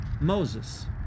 Moses